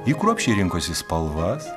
ji kruopščiai rinkosi spalvas